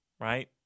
right